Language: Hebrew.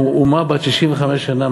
אנחנו אומה בת 65 שנה,